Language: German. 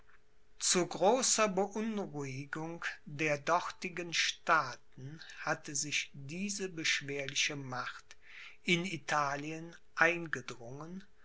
zu großer beunruhigung der dortigen staaten hatte sich diese beschwerliche macht in italien eingedrungen